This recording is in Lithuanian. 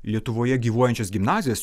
lietuvoje gyvuojančias gimnazijas